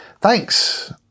Thanks